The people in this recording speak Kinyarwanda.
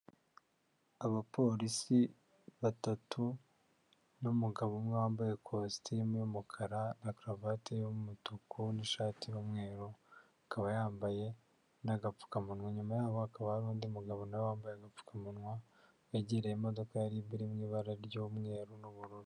Abapolisi batatu n'umugabo umwe wambaye ikositimu y'umukara na karuvati y'umutuku n'ishati n'umweru, akaba yambaye n'agapfukamunwa, inyuma yaho hakaba hari undi mugabo nawe wambaye agapfukamunwa, wegereye imodoka ya RIB iri mu ibara ry'umweru n'ubururu.